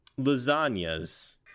lasagnas